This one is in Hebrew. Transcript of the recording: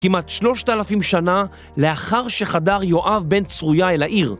כמעט שלושת אלפים שנה לאחר שחדר יואב בן צרויה אל העיר.